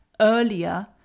earlier